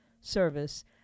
service